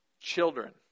children